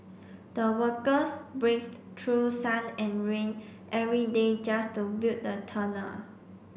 the workers braved through sun and rain every day just to build the tunnel